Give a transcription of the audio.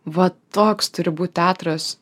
va toks turi būt teatras